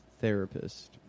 therapist